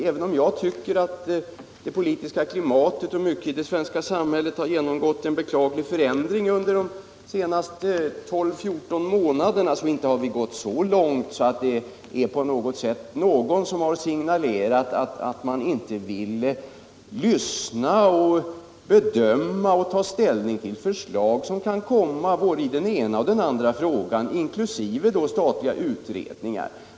Även om jag tycker att det politiska klimatet och mycket — Kulturpolitiken i det svenska samhället har genomgått en beklaglig förändring under de senaste 12-14 månaderna, har det inte gått så långt att någon har signalerat att man inte vill lyssna på och ta ställning till förslag som kan komma beträffande den ena eller andra frågan inkl. propåer om statliga utredningar.